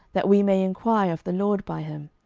that we may enquire of the lord by him?